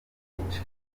n’igice